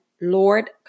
Lord